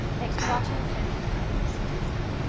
thanks for watching, and i will see you next time.